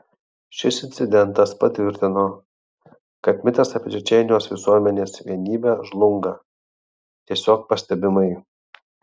šis incidentas patvirtino kad mitas apie čečėnijos visuomenės vienybę žlunga tiesiog pastebimai